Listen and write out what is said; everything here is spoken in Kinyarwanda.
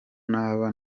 naba